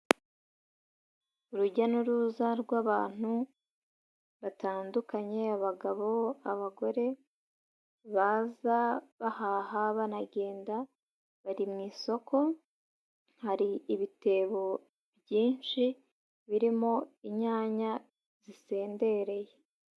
Urujya n'uruza rw'abantu batandukanye abagabo, abagore baza bahaha banagenda, bari mu isoko hari ibitebo byinshi birimo inyanya zisendereye.